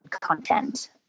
content